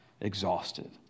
exhausted